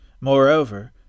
Moreover